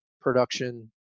production